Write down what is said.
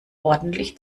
ordentlich